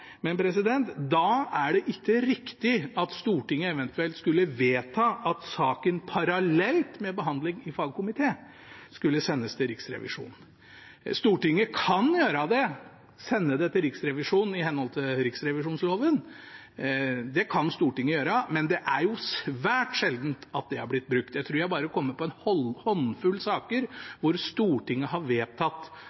men da er det ikke riktig at Stortinget eventuelt skulle vedta at saken parallelt med behandling i fagkomité skal sendes til Riksrevisjonen. Stortinget kan sende saken til Riksrevisjonen i henhold til riksrevisjonsloven – det kan Stortinget gjøre, men det er svært sjelden det har blitt gjort. Jeg tror jeg bare kan komme på en håndfull saker